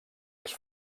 els